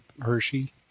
Hershey